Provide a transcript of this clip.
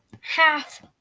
half